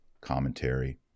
commentary